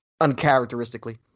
uncharacteristically